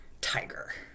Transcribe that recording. tiger